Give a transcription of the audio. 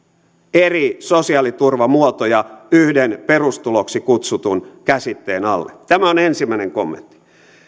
eri sosiaaliturvamuotoja yhden perustuloksi kutsutun käsitteen alle tämä on ensimmäinen kommentti